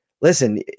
listen